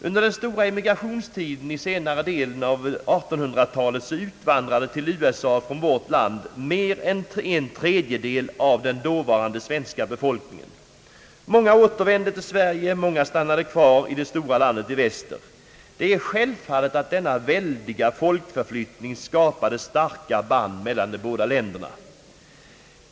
Under den stora emigrationstiden i slutet av 1800-talet utvandrade till USA från vårt land mer än en tredjedel av den dåvarande svenska befolkningen. Många återvände till Sverige, många stannade kvar i det stora landet i väster. Självfallet skapade denna väldiga utflyttning av folk starka band mellan de båda länderna.